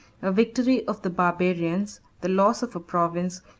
a victory of the barbarians, the loss of a province,